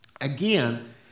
again